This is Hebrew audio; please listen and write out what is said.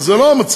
אז זה לא המצב.